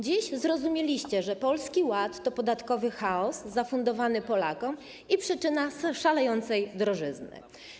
Dziś zrozumieliście, że Polski Ład to podatkowy chaos zafundowany Polakom i przyczyna szalejącej drożyzny.